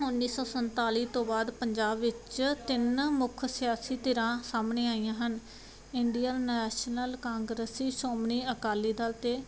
ਉਨੀ ਸੋ ਸੰਤਾਲੀ ਤੋਂ ਬਾਅਦ ਪੰਜਾਬ ਵਿੱਚ ਤਿੰਨ ਮੁੱਖ ਸਿਆਸੀ ਧਿਰਾਂ ਸਾਹਮਣੇ ਆਈਆਂ ਹਨ ਇੰਡੀਅਨ ਨੈਸ਼ਨਲ ਕਾਂਗਰਸੀ ਸ਼੍ਰੋਮਣੀ ਅਕਾਲੀ ਦਲ ਤੇ